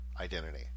identity